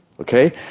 okay